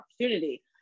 opportunity